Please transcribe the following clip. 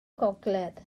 gogledd